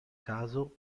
caso